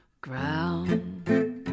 ground